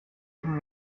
eben